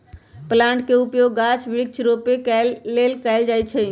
plant के उपयोग गाछ वृक्ष रोपे लेल कएल जाइ छइ